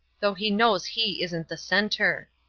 though he knows he isn't the centre.